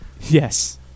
Yes